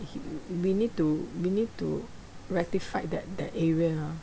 h~ we need to we need to rectify that that area ah